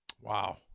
Wow